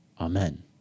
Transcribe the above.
Amen